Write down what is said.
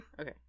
Okay